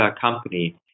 company